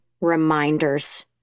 reminders